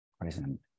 present